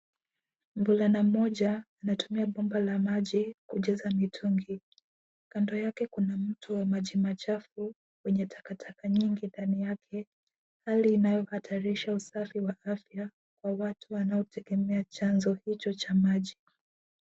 Mvulana mmoja anatumia bomba la maji kujaza mitungi, kando yake kuna mto wa maji machafu wenye takataka nyingi ndani yake hali inayohatarisha usafi wa afya kwa watu wanaotegemea chanzo hicho cha maji.